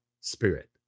spirit